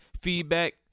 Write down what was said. feedback